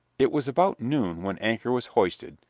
it was about noon when anchor was hoisted,